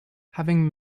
having